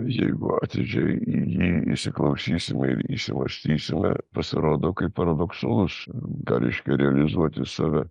jeigu atidžiai į jį įsiklausysime ir įsimąstysime pasirodo kaip paradoksalus ką reiškia realizuoti save